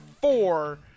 four